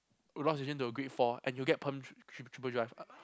into a great four and you'll get perm triple triple drive